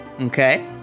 Okay